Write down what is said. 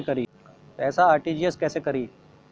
पैसा आर.टी.जी.एस कैसे करी?